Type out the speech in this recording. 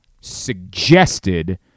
suggested